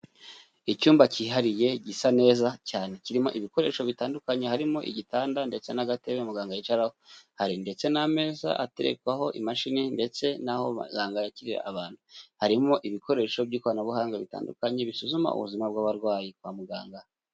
Icyumba cyihariye gisa neza cyane, kirimo ibikoresho bitandukanye harimo igitanda ndetse n'agatebe muganga yicaraho, hari ndetse n'ameza aterekwaho imashini ndetse n'aho muganga yakirira abantu, harimo ibikoresho by'ikoranabuhanga bitandukanye bisuzuma ubuzima bw'abarwayi kwa muganga.